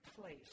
place